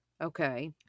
okay